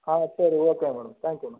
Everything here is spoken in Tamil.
ஆ சரி ஓகே மேடம் தேங்க்யூ மேம்